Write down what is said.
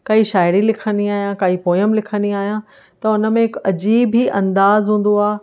काई शायरी लिखंदी आहियां काई पोयम लिखंदी आहियां त हुन में हिकु अजीब ई अंदाज़ हूंदो आहे